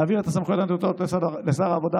להעביר את הסמכויות הנתונות לשר העבודה,